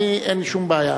אני, אין לי שום בעיה.